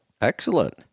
Excellent